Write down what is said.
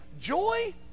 joy